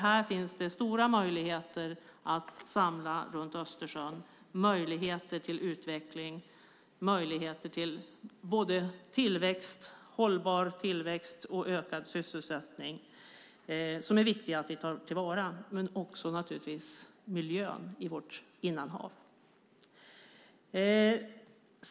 Här finns stora möjligheter att samla alla runt Östersjön till utveckling, hållbar tillväxt, ökad sysselsättning och att ta till vara miljön i vårt innanhav.